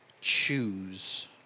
choose